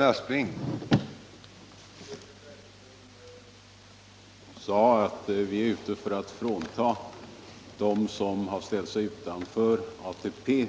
Herr talman! Fröken Bergström sade att vi är ute för att frånta dem som har ställt sig utanför ATP